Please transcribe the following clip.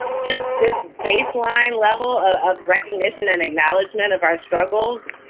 just this baseline level of recognition and acknowledgement of our struggles.